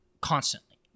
constantly